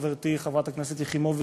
חברתי חברת הכנסת יחימוביץ,